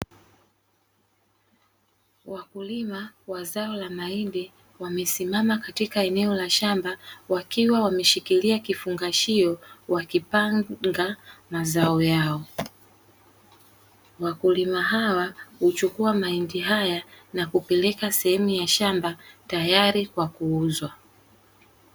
Wakulima wa zao la mahindi wamesimama katika eneo la shamba wakiwa wameshikilia kifungashio wakipanga mazao yao, wakulima hawa huchukua mahindi haya na kupeleka sehemu ya shamba tayari kwa kuuzwa.